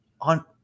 on